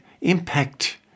impact